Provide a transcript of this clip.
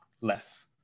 less